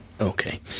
Okay